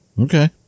Okay